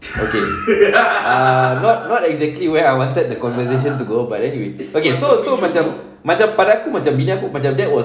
okay ah not not exactly where I wanted the conversation to go but then you okay so so macam macam pada aku macam bini aku macam that was